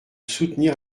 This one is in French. soutenir